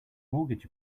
mortgage